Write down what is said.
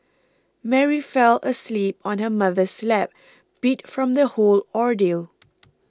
Mary fell asleep on her mother's lap beat from the whole ordeal